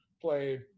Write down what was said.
played